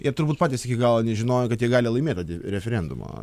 ir turbūt patys iki galo nežinojo kad jie gali laimėti referendumą